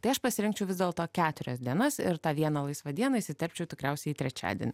tai aš pasirinkčiau vis dėlto keturias dienas ir tą vieną laisvą dieną įsiterpčiau tikriausiai į trečiadienį